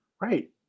Right